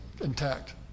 intact